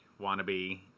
wannabe